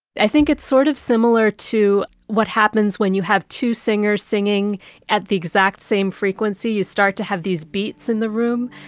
i think it's sort of similar to what happens when you have two singers singing at the exact same frequency. you start to have these beats in the room.